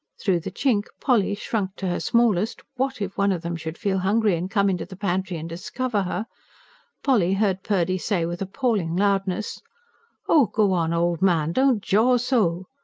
through the chink, polly, shrunk to her smallest what if one of them should feel hungry, and come into the pantry and discover her polly heard purdy say with appalling loudness oh, go on, old man-don't jaw so!